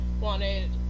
wanted